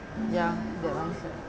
ya that mindset